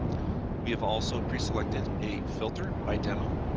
we have also preselected a filter by demo,